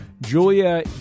Julia